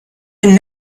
been